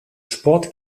sport